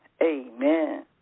Amen